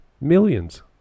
Millions